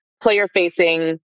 player-facing